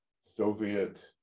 Soviet